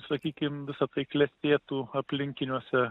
sakykim visa tai klestėtų aplinkiniuose